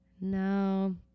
No